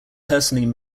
personally